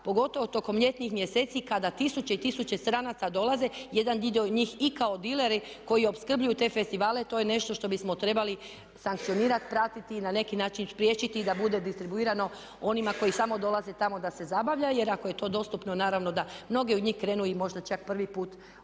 pogotovo tokom ljetnih mjeseci kada tisuće i tisuće stranaca dolaze, jedan dio njih i kao dileri koji opskrbljuju te festivale. To je nešto što bismo trebali sankcionirati, pratiti i na neki način spriječiti da bude distribuirano onima koji samo dolaze tamo da se zabavljaju. Jer ako je to dostupno naravno da mnogi od njih krenu i možda čak prvi put probaju